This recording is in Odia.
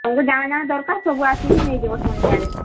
ତୁମକୁ ଯାଣା ଯାଣା ଦରକାର ସବୁ ଆସିକି ନେଇଯିବ ସନ୍ଧ୍ୟାରେ